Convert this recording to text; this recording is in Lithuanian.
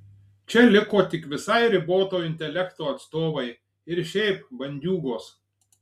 čia liko tik visai riboto intelekto atstovai ir šiaip bandiūgos